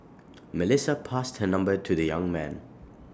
Melissa passed her number to the young man